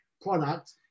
product